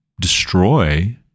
destroy